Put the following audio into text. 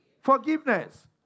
Forgiveness